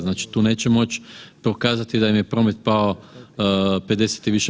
Znači tu neće moći pokazati da im je promet pao 50 i više